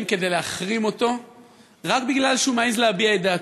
כדי להחרים אותו רק כי הוא מעז להביע את דעתו.